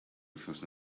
wythnos